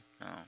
no